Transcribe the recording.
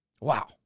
Wow